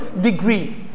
degree